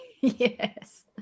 Yes